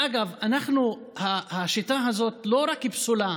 ואגב, השיטה הזאת לא רק פסולה